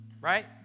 Right